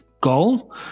goal